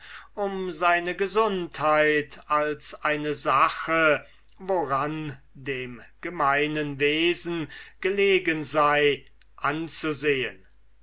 um seine gesundheit als eine sache woran dem gemeinen wesen gelegen sei anzusehen